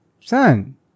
son